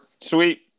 Sweet